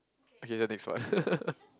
okay the next one